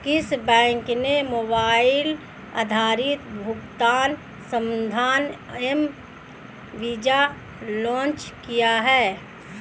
किस बैंक ने मोबाइल आधारित भुगतान समाधान एम वीज़ा लॉन्च किया है?